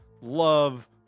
love